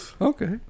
Okay